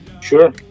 Sure